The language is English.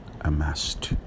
amassed